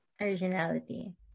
Originality